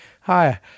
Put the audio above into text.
hi